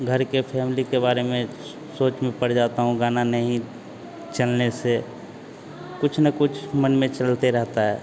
घर के फैमिली के बारे में सोच में पड़ जाता हूँ गाना नहीं चलने से कुछ न कुछ मन में चलते रहता है